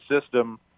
system